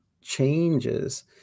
changes